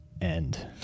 end